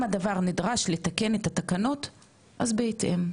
הדבר נדרש לתקן את התקנות אז בהתאם.